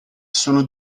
sono